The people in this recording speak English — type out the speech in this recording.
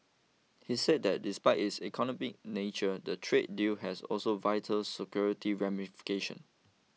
he said that despite its economic nature the trade deal has also vital security ramifications